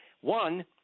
One